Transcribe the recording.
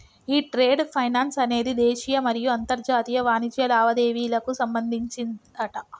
ఈ trade finance అనేది దేశీయ మరియు అంతర్జాతీయ వాణిజ్య లావాదేవీలకు సంబంధించిందట